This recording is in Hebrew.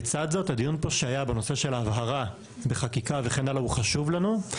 לצד זאת הדיון פה שהיה בנושא של ההבהרה בחקיקה וכן הלאה הוא חשוב לנו,